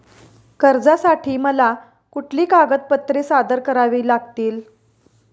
कर्जासाठी मला कुठली कागदपत्रे सादर करावी लागतील?